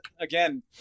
again